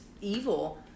evil